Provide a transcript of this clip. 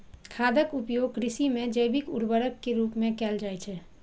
खादक उपयोग कृषि मे जैविक उर्वरक के रूप मे कैल जाइ छै